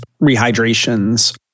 rehydrations